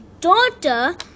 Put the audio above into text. daughter